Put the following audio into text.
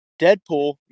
Deadpool